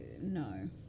No